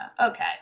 okay